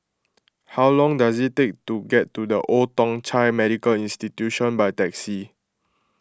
how long does it take to get to the Old Thong Chai Medical Institution by taxi